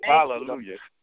Hallelujah